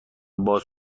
باز